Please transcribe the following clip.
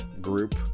group